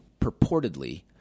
purportedly